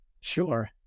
Sure